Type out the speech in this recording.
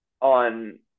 on